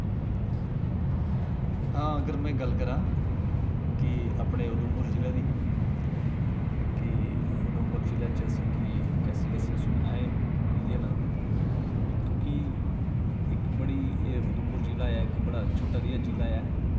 हां अगर में गल्ल करांऽ कि अपने उधमपुर जिला दी कि उधमपुर जिला च असें गी कैसी कैसी सुविधाएं मिलदियां न क्योंकि इक बड़ी एह् उधमपुर जिला ऐ इक बड़ा छोटा जेहा जिला ऐ